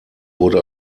wurde